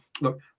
look